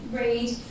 read